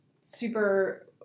super